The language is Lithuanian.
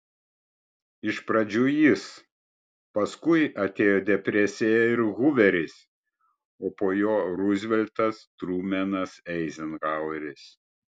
iš pradžių jis paskui atėjo depresija ir huveris o po jo ruzveltas trumenas eizenhaueris